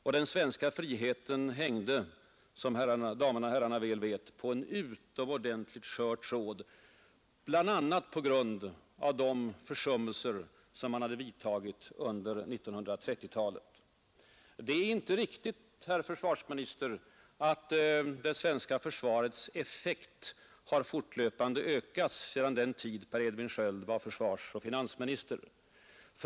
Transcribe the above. Vårt lands oberoende hängde, som damerna och herrarna väl vet, på en utomordentligt skör tråd bl.a. på grund av de försummelser som regering och riksdag gjort sig skyldiga till under 1930-talet. Det är inte riktigt, herr försvarsminister, att det svenska försvarets effekt fortlöpande har ökats sedan den tid då Per Edvin Sköld var försvarsoch finansminister.